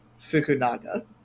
Fukunaga